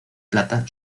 plata